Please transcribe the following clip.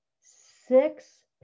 six